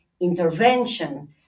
intervention